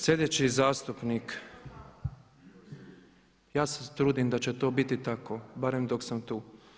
Sljedeći zastupnik, ja se trudim da će to biti tako barem dok sam tu.